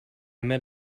met